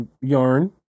yarn